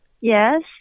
Yes